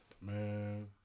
Man